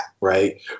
right